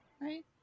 right